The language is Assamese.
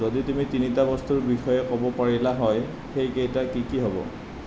যদি তুমি তিনিটা বস্তুৰ বিষয়ে ক'ব পাৰিলা হয় সেই কেইটা কি কি হ'ব